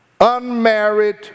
unmarried